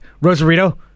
rosarito